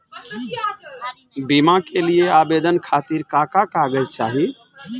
बीमा के लिए आवेदन खातिर का का कागज चाहि?